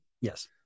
Yes